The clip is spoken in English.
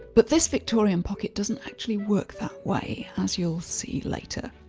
but this victorian pocket doesn't actually work that way, as you'll see later.